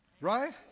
right